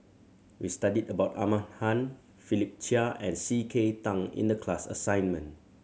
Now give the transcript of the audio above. we studied about Ahmad Khan Philip Chia and C K Tang in the class assignment